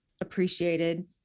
appreciated